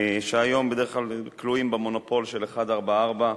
שהיום בדרך כלל כלואים במונופול של 144,